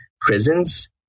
prisons